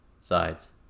Sides